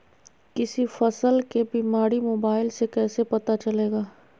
किसी फसल के बीमारी मोबाइल से कैसे पता चलेगा?